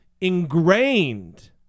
ingrained